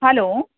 hello